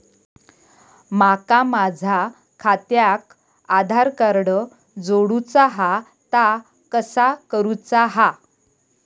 माका माझा खात्याक आधार कार्ड जोडूचा हा ता कसा करुचा हा?